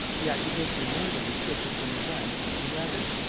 the accusation of murder was shifted from the one to the other.